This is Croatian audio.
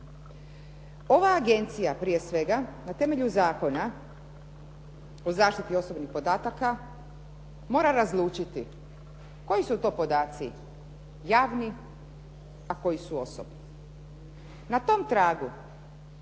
Ova agencija prije svega na temelju Zakona o zaštiti osobnih podataka mora razlučiti koji su to podaci javni, a koji su osobni.